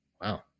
wow